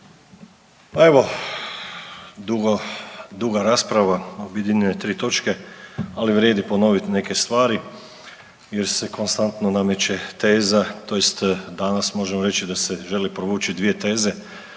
pa evo duga rasprava, objedinjuje tri točke ali vrijedi ponoviti neke stvari jer se konstantno nameće teza, tj. danas možemo reći da se želi provući dvije teze.